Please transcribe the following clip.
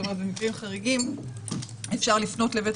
זאת אומרת שבמקרים חריגים אפשר לפנות לבית